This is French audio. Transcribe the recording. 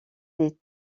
des